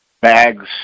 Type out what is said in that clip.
Bags